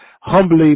humbly